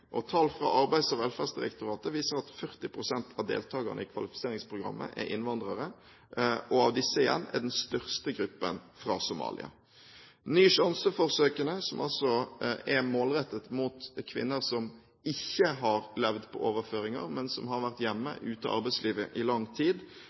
Norge. Tall fra Arbeids- og velferdsdirektoratet viser at 40 pst. av deltakerne i kvalifiseringsprogrammet er innvandrere, og av disse er den største gruppen fra Somalia. Ny sjanse-forsøkene, som altså er rettet mot kvinner som ikke har levd på overføringer, men som har vært hjemme